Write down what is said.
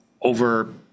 over